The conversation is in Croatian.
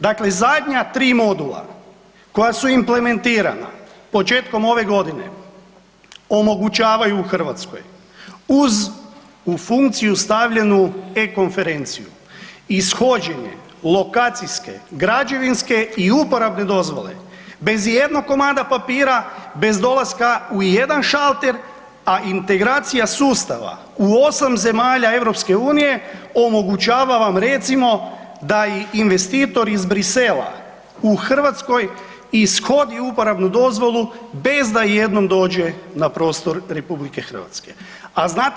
Dakle, zadnja tri modula koja su implementirana početkom ove godine omogućavaju Hrvatskoj uz u funkciju stavljanu e-konferenciju ishođenje lokacijske, građevinske i uporabne dozvole bez i jednog komada papira, bez dolaska u jedan šalter a integracija sustava u 8 zemalja Europske unije omogućava vam recimo da investitor iz Bruxellesa u Hrvatskoj ishodi uporabnu dozvolu bez da i jednom dođe na prostor Republike Hrvatske.